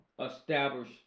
establish